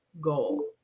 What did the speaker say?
goal